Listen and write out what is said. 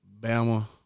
Bama